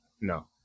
no